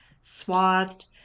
Swathed